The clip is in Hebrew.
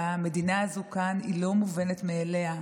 שהמדינה הזו כאן היא לא מובנת מאליה.